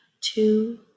two